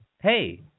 Hey